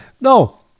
No